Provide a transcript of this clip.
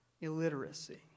illiteracy